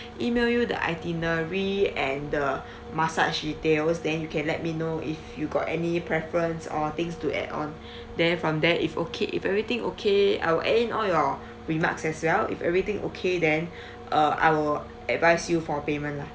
email you the itinerary and the massage details then you can let me know if you got any preference or things to add on then from there if okay if everything okay I'll add in all your remarks as well if everything okay then uh I will advise you for payment lah